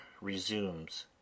RESUMES